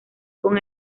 con